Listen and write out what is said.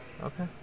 Okay